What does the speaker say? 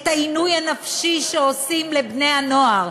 את העינוי הנפשי שעושים לבני-הנוער,